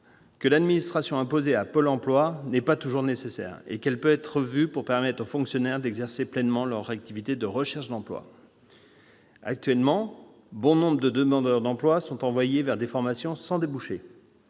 que l'administration imposée à Pôle emploi n'est pas toujours nécessaire et qu'elle peut être revue pour permettre aux fonctionnaires d'exercer pleinement leur activité de recherche d'emplois. Actuellement, bon nombre de demandeurs d'emploi sont envoyés vers des formations sans débouchés